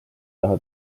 taha